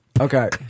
Okay